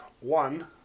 One